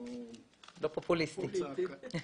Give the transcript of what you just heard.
--- לא פופוליסטי.